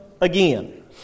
again